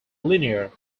linear